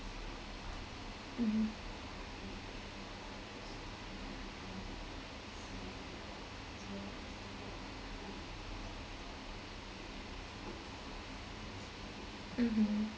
mmhmm mmhmm